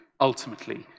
ultimately